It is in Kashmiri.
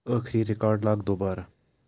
ٲخٕری ریٖکاڈ لاگ دُوبارٕ